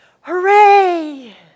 Hooray